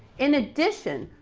in addition,